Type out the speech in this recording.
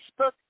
Facebook